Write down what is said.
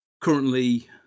Currently